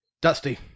Dusty